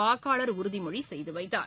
வாக்காளர் உறுதிமொழி செய்து வைத்தார்